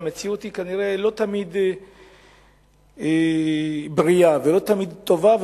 והמציאות היא כנראה לא תמיד בריאה ולא תמיד טובה,